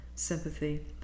Sympathy